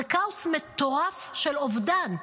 זה כאוס מטורף של אובדן.